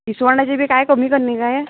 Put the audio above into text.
इसवणाची बी कांय कमी कर नी